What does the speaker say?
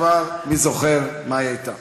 כבר מי זוכר מה היא הייתה.